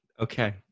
Okay